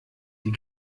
die